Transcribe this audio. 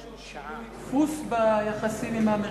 אבל אתה לא רואה איזה שינוי דפוס ביחסים עם האמריקנים?